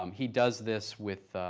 um he does this with